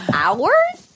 hours